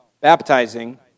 Baptizing